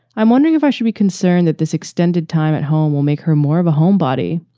i'm wondering if i should be concerned that this extended time at home will make her more of a homebody?